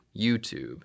YouTube